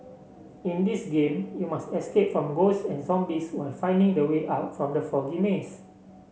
in this game you must escape from ghosts and zombies while finding the way out from the foggy maze